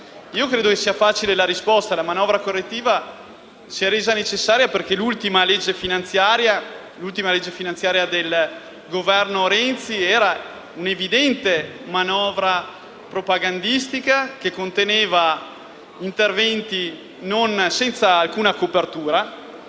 risposta sia facile: la manovra correttiva si è resa necessaria perché l'ultima legge finanziaria del Governo Renzi era un'evidente manovra propagandistica, che conteneva interventi senza alcuna copertura,